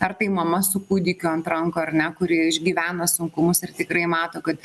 ar tai mama su kūdikiu ant rankų ar ne kuri išgyvena sunkumus ir tikrai mato kad